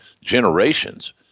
generations